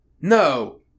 No